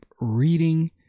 reading